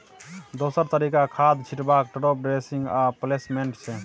दोसर तरीका खाद छीटबाक टाँप ड्रेसिंग आ प्लेसमेंट छै